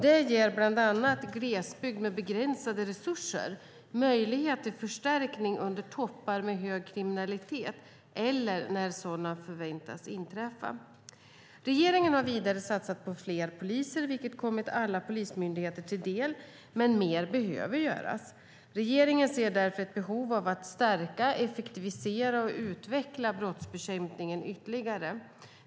Det ger bland annat glesbygd med begränsade resurser möjlighet till förstärkning under toppar med hög kriminalitet eller när sådana förväntas inträffa. Regeringen har vidare satsat på fler poliser, vilket kommit alla polismyndigheter till del. Men mer behöver göras. Regeringen ser därför ett behov av att stärka, effektivisera och utveckla brottsbekämpningen ytterligare.